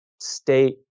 state